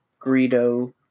Greedo